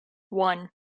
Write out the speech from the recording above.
one